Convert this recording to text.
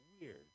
Weird